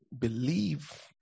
believe